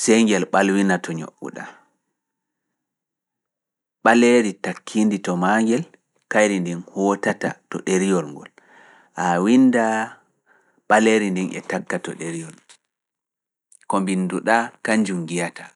sey ngel ɓalwina to ñoƴƴu ɗaa. Ɓaleeri takkiindi to maa ngel, kayri ndin hotata to ɗeriyol ngol, a winndaa ɓaleeri ndin e takka to ɗeriyol, ko mbinndu ɗaa, kanjum ngiyataa.